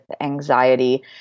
anxiety